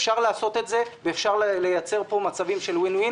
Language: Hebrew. אפשר לייצר פה מצבים של Win-Win,